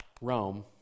Rome